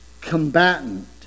combatant